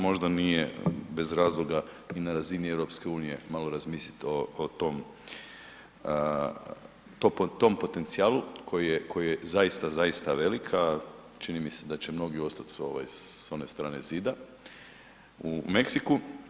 Možda mi je bez razloga i na razini EU malo razmisliti o tom potencijalu koji je zaista, zaista velik, a čini mi se da će mnogi ostati s one strane zida u Mexicu.